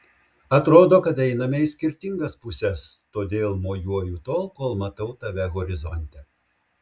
atrodo kad einame į skirtingas puses todėl mojuoju tol kol matau tave horizonte